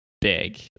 big